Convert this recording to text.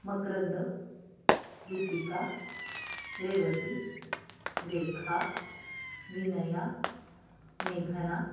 मकरंद दीपिका रेवती रेखा विनया मेघना